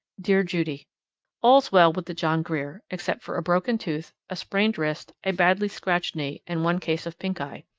dear judy all's well with the john grier except for a broken tooth, a sprained wrist, a badly scratched knee, and one case of pinkeye.